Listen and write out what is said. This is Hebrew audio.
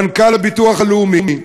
מנכ"ל הביטוח הלאומי,